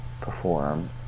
perform